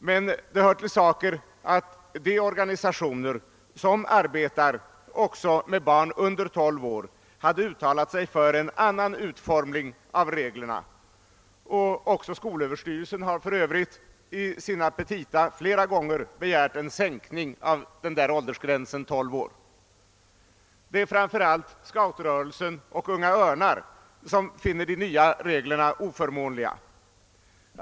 Men det hör till saken att de organisationer som arbetar också med barn under 12 år hade uttalat sig för en annan utformning av reglerna, och även skolöverstyrelsen har för övrigt i sina petita flera gånger begärt en sänkning av åldersgränsen 12 år. Det är framför allt scoutrörelsen och Unga örnar som finner de nya reglerna oförmånliga.